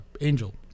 Angel